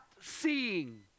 seeing